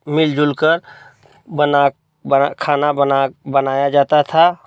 मिल जुल कर बना बना खाना बना बनाया जाता था